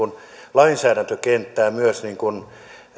lainsäädäntökenttää myös